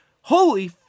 Holy